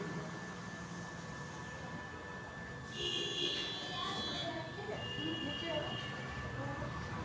वृक्षारोपण खेती मे त्रिस्तरीय खेती कयल जाइत छै